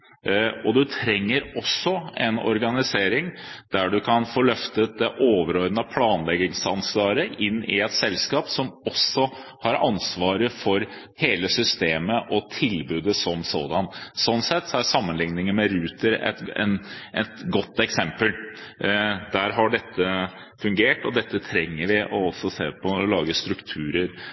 og viktig virkemiddel for å få et bedre tilbud inn i norsk jernbane. Man trenger også en organisering der man kan få løftet det overordnede planleggingsansvaret inn i et selskap som også har ansvaret for hele systemet og tilbudet som sådant. Sånn sett er sammenligningen med Ruter et godt eksempel. Der har dette fungert, og dette trenger vi også å se på når vi lager strukturer